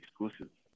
exclusive